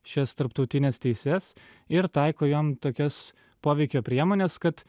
šias tarptautines teises ir taiko jom tokias poveikio priemones kad